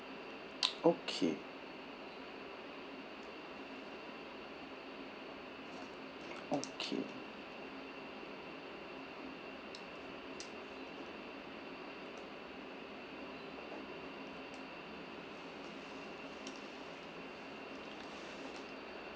okay okay